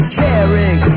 caring